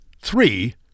Three